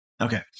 Okay